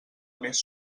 més